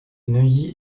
neuilly